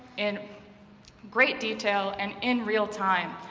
in great detail and in real time,